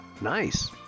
Nice